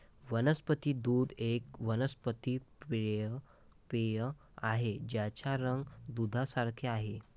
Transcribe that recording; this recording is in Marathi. वनस्पती दूध एक वनस्पती पेय आहे ज्याचा रंग दुधासारखे आहे